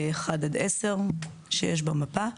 1 עד 10 שיש במפה.